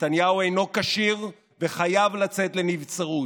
נתניהו אינו כשיר וחייב לצאת לנבצרות.